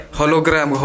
hologram